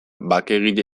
bakegile